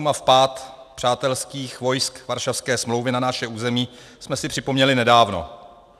Srpen 1968 a vpád přátelských vojsk Varšavské smlouvy na naše území jsme si připomněli nedávno.